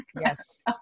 yes